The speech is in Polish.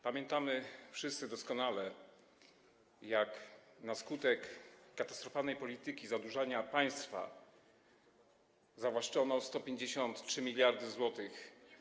Pamiętamy wszyscy doskonale, jak na skutek katastrofalnej polityki zadłużania państwa zawłaszczono 153 mld zł.